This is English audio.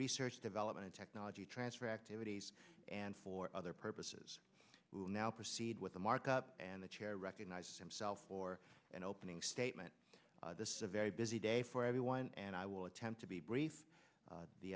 research development technology transfer activities and for other purposes we will now proceed with the march and the chair recognizes himself for an opening statement this is a very busy day for everyone and i will attempt to be brief